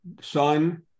son